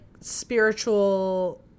spiritual